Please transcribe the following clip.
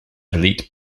elite